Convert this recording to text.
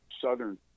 southern